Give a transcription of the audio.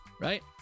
Right